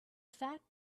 fact